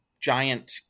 giant